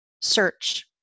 search